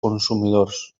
consumidors